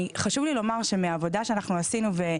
חשוב לי לומר שמהעבודה שעשינו,